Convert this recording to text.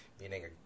meaning